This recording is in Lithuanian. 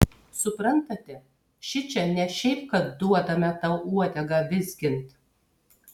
suprantate šičia ne šiaip kad duodame tau uodegą vizgint